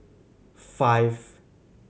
five